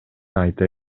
айта